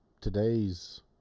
today's